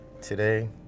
today